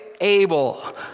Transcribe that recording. able